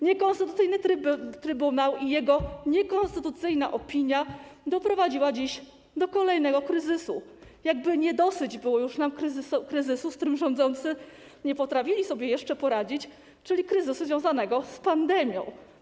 Niekonstytucyjny trybunał, jego niekonstytucyjna opinia doprowadziła dziś do kolejnego kryzysu, jakby nie dosyć było nam już kryzysu, z którym rządzący nie potrafili sobie jeszcze poradzić, czyli kryzysu związanego z pandemią.